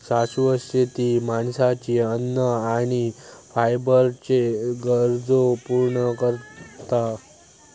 शाश्वत शेती माणसाची अन्न आणि फायबरच्ये गरजो पूर्ण करता